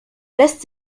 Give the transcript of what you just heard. lässt